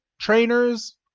trainers